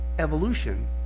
evolution